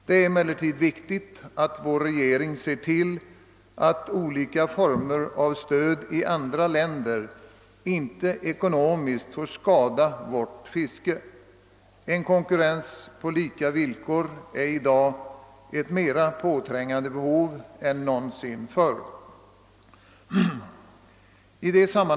Det är emellertid viktigt att vår regering ser till att olika former av stöd som utgår i andra länder inte ekonomiskt skadar vårt eget fiske. Konkurrens på lika villkor är i dag ett mera påträngande behov än någonsin tidigare.